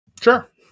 Sure